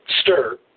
stir